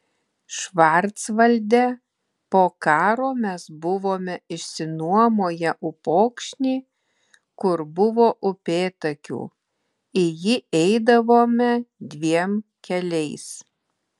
švarcvalde po karo mes buvome išsinuomoję upokšnį kur buvo upėtakių į jį eidavome dviem keliais